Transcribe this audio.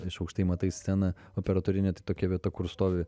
iš aukštai matai sceną operatorinė tai tokia vieta kur stovi